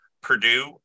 Purdue